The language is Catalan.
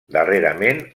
darrerament